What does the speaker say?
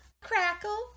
Crackle